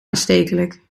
aanstekelijk